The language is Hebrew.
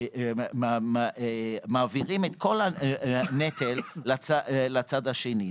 שמעבירים את כל הנטל לצד השני.